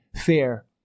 fair